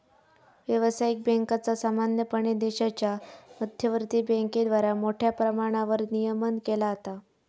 व्यावसायिक बँकांचा सामान्यपणे देशाच्या मध्यवर्ती बँकेद्वारा मोठ्या प्रमाणावर नियमन केला जाता